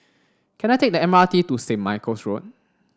can I take the M R T to Saint Michael's Road